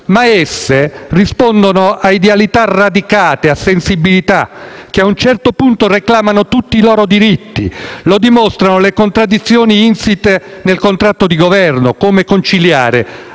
Ma esse rispondono a idealità e sensibilità radicate che a un certo punto reclamano tutti i propri diritti. Lo dimostrano le contraddizioni insite nel contratto di Governo: come conciliare